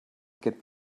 get